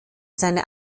seine